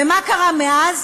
ומה קרה מאז?